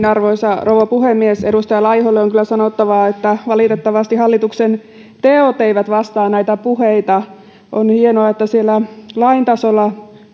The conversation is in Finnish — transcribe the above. arvoisa rouva puhemies edustaja laiholle on kyllä sanottava että valitettavasti hallituksen teot eivät vastaa näitä puheita on hienoa että siellä lain tasolla